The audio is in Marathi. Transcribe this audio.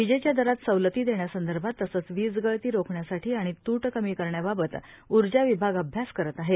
विजेच्या दरात सवलती देण्यासंदर्भात तसंच वीज गळती रोखण्यासाठी आणि तृट कमी करण्याबाबत ऊर्जा विभाग अभ्यास करत आहे